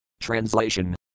Translation